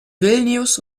vilnius